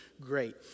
great